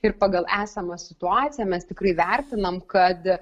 ir pagal esamą situaciją mes tikrai vertinam kad